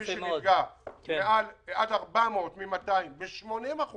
ומי שנפגע עד 400,000 מ-200,000 ב-80%